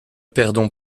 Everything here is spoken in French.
perdons